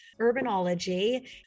Urbanology